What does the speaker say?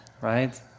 right